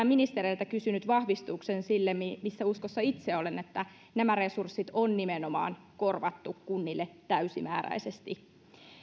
ministereiltä kysynyt vahvistuksen sille missä missä uskossa itse olen että nämä resurssit on nimenomaan korvattu kunnille täysimääräisesti